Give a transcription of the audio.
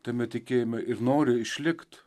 tame tikėjime ir nori išlikt